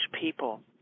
people